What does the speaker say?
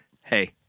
Hey